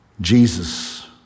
Jesus